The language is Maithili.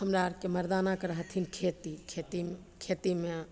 हमरा आरके मरदाना करै हथिन खेती खेतीमे